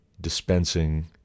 dispensing